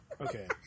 Okay